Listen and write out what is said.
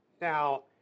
Now